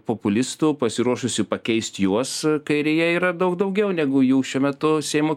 populistų pasiruošusių pakeist juos kairėje yra daug daugiau negu jų šiuo metu seimo